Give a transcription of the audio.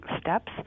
steps